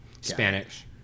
Spanish